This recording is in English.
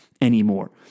anymore